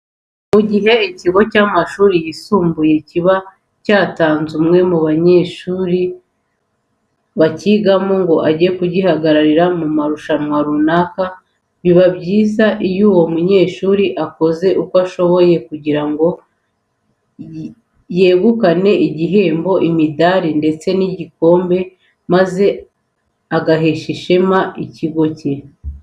Mu gihe ikigo cy'amashuri yisumbuye kiba cyatanze umwe mu banyeshuri bakigamo ngo ajye kubahagararira mu marushanwa runaka, biba byiza iyo uwo munyeshuri akoze uko ashoboye kugira ngo yegukane ibihembo, imidari ndetse n'igikombe maze aheshe ishema ikigo cye.